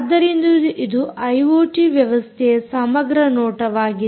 ಆದ್ದರಿಂದ ಇದು ಐಓಟಿ ವ್ಯವಸ್ಥೆಯ ಸಮಗ್ರ ನೋಟವಾಗಿದೆ